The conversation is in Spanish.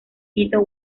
quito